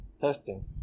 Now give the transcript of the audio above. Testing